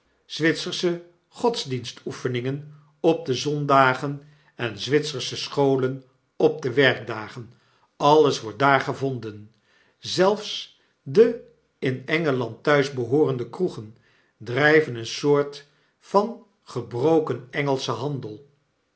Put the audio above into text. zwitsersche godsdienstoefeningen op de zondagen en zwitsersche scholen op de werkdagen alles wordt daar gevonden zelfs de in engelandtbuis behoorende kroegen driven een soort van gebroken engelschen handel